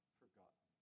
forgotten